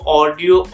audio